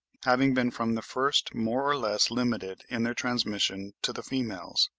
having been from the first more or less limited in their transmission to the females.